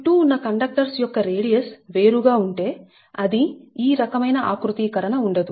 చుట్టూ ఉన్న కండక్టర్స్ యొక్క రేడియస్ వేరుగా ఉంటే అది ఈ రకమైన ఆకృతీకరణ ఉండదు